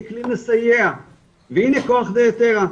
ככלי מסייע ואם מכוח הייתרה,